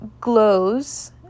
glows